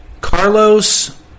Carlos